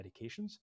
medications